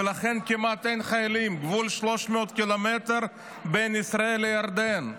ולכן כמעט אין חיילים בגבול של 300 קילומטר בין ישראל לירדן,